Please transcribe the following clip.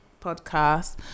podcast